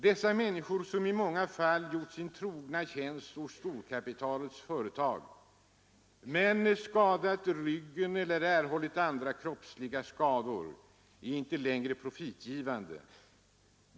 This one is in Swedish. Dessa människor, som i många fall gjort sin trogna tjänst hos storkapitalets företag men skadat ryggen eller erhållit andra kroppsliga skador, är inte längre profitgivande.